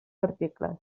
articles